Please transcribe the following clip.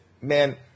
Man